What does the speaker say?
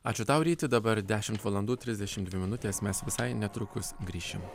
ačiū tau ryti dabar dešimt valandų trsdešimt dvi minutės mes visai netrukus grįšime